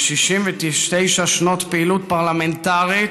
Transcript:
ב-69 שנות פעילות פרלמנטרית